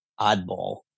oddball